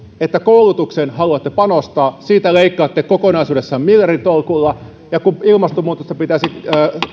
että kun koulutukseen haluatte panostaa niin siitä leikkaatte kokonaisuudessaan miljarditolkulla ja kun ilmastonmuutosta pitäisi